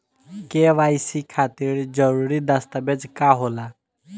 KYC खातिर जरूरी दस्तावेज का का होला?